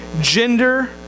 gender